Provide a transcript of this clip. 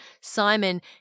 Simon